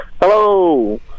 Hello